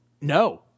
No